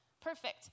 Perfect